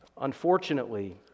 Unfortunately